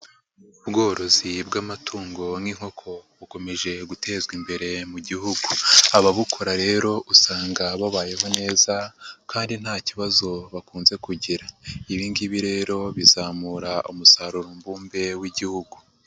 Ubworozi bw'amatungo nk'inkoko bukomeje gutezwa imbere mu gihugu. Ababukora rero usanga babayeho neza kandi nta kibazo bakunze kugira. Ibi ngibi rero bizamura umusaruro mbumbe w'igihugu.